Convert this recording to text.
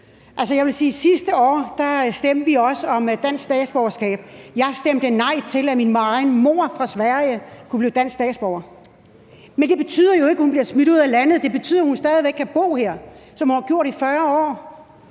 sidste år også stemte om dansk statsborgerskab, og at jeg stemte nej til, at min egen mor fra Sverige kunne blive dansk statsborger. Men det betyder jo ikke, at hun bliver smidt ud af landet, men det betyder, at hun stadig væk kan bo her, som hun har gjort i 40 år,